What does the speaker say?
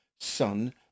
son